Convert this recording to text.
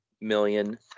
million